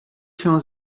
się